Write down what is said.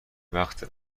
وقت